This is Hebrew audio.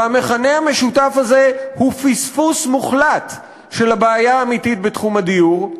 והמכנה המשותף הזה הוא פספוס מוחלט של הבעיה האמיתית בתחום הדיור,